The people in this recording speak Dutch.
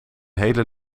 hele